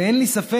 ואין לי ספק,